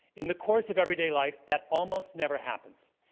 in the course of everyday life, that almost never happens.